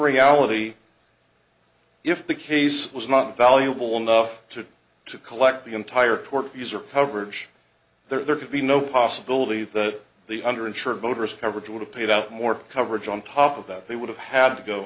reality if the case was not valuable enough to to collect the entire tort user coverage there could be no possibility that the under insured voters coverage would have paid out more coverage on top of that they would have had to go